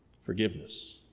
forgiveness